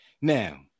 now